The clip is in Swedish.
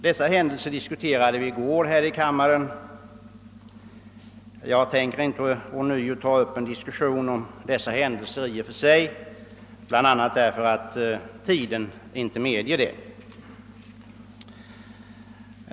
De händelserna diskuterade vi i går här i kammaren, och jag skall nu inte ta upp den debatten igén, bl.a. därför att tiden inte medger det.